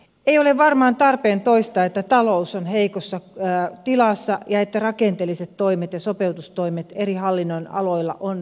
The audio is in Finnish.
ei ole varmaan tarpeen toistaa että talous on heikossa tilassa ja että rakenteelliset toimet ja sopeutustoimet eri hallinnonaloilla ovat välttämättömiä